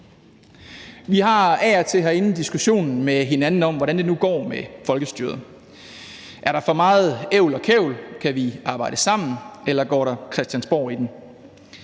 Vi har af og til herinde diskussionen med hinanden om, hvordan det nu går med folkestyret. Er der for meget ævl og kævl, kan vi arbejde sammen, eller går der Christiansborg i den?